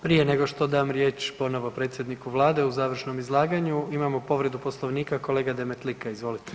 Prije nego što dan riječ ponovo predsjedniku vlade u završnom izlaganju imamo povredu Poslovnika, kolega Demetlika izvolite.